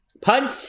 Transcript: punch